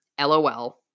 LOL